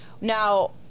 now